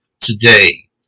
today